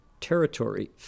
Territory